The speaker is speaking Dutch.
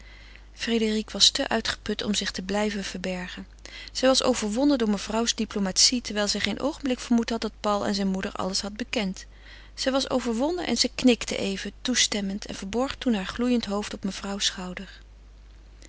frédérique was te uitgeput om zich te blijven verbergen zij was overwonnen door mevrouws diplomatie terwijl zij geen oogenblik vermoed had dat paul aan zijne moeder alles had bekend zij was overwonnen en ze knikte even toestemmend en verborg toen haar gloeiend hoofd op mevrouws schouder